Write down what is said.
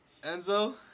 Enzo